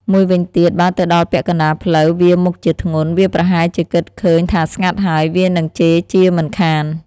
មួយវិញទៀតបើទៅដល់ពាក់កណ្ដាលផ្លូវវាមុខជាធ្ងន់ វាប្រហែលជាគិតឃើញថាស្ងាត់ហើយ វានឹងជេរជាមិនខាន។